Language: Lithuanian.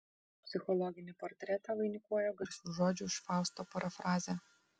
psichologinį portretą vainikuoja garsių žodžių iš fausto parafrazė